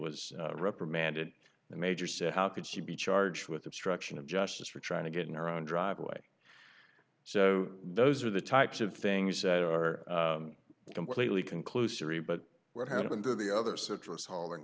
was reprimanded the major said how could she be charged with obstruction of justice for trying to get in our own driveway so those are the types of things that are completely conclusory but what happened to the other citrus hauling